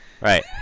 Right